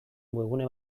webgune